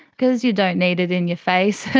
because you don't need it in your face.